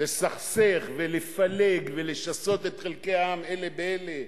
לסכסך ולפלג ולשסות את חלקי העם אלה באלה,